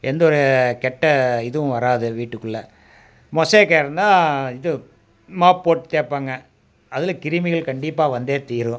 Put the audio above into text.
எந்தவொரு கெட்ட இதுவும் வராது வீட்டுக்குள்ளே மொசைக்காக இருந்தால் இது மாப்போட்டு தேய்ப்பாங்க அதில் கிருமிகள் கண்டிப்பாக வந்தே தீரும்